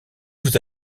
vous